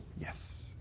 Yes